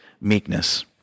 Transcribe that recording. meekness